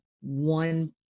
one